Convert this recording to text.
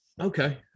Okay